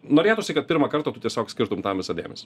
norėtųsi kad pirmą kartą tiesiog skirtum tam visą dėmesį